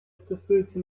стосується